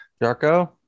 Jarko